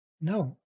No